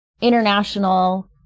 international